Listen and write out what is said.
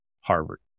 Harvard